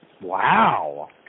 Wow